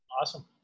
Awesome